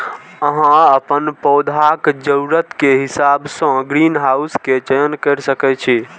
अहां अपन पौधाक जरूरत के हिसाब सं ग्रीनहाउस के चयन कैर सकै छी